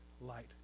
light